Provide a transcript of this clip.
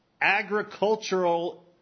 agricultural